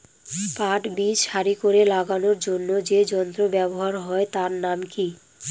পাট বীজ সারি করে লাগানোর জন্য যে যন্ত্র ব্যবহার হয় তার নাম কি?